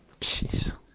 Jeez